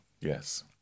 Yes